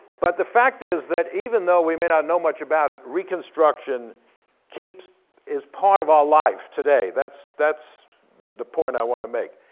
but the fact is that even though we may not know much about it, reconstruction is part of our life today. that's that's the point i want to make.